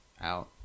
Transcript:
out